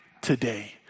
today